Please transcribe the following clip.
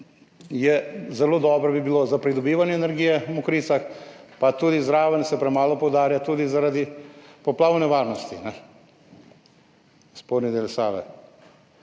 Zelo dobro bi bilo za pridobivanje energije v Mokricah, pa tudi zraven se premalo poudarja zaradi poplavne varnosti, spodnji del Save.